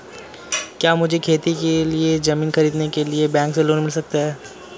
क्या मुझे खेती के लिए ज़मीन खरीदने के लिए बैंक से लोन मिल सकता है?